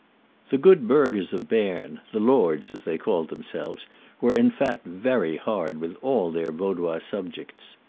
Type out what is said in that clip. the good burghers of berne the lords as they called themselves were in fact very hard with all their vaudois subjects.